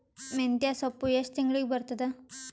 ಮೆಂತ್ಯ ಸೊಪ್ಪು ಎಷ್ಟು ತಿಂಗಳಿಗೆ ಬರುತ್ತದ?